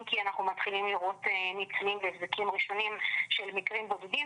אם כי אנחנו מתחילים לראות הבזקים ראשונים של מקרים בודדים